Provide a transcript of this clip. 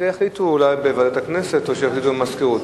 אמור להתקיים בנושא.